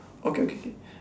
okay okay okay